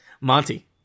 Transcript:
Monty